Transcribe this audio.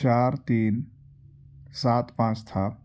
چار تین سات پانچ تھا